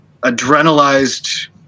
adrenalized